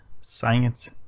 science